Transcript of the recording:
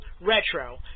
Retro